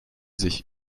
sich